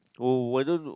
oh why don't